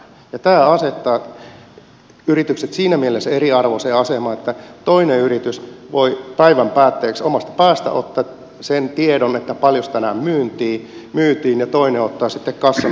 tämä asettaa yritykset siinä mielessä eriarvoiseen asemaan että toinen yritys voi päivän päätteeksi omasta päästä ottaa sen tiedon paljonko tänään myytiin ja toinen ottaa sitten kassanauhasta sen tiedon